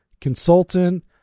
consultant